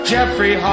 Jeffrey